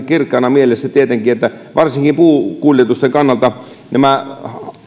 kirkkaana mielessä että varsinkin puukuljetusten kannalta nämä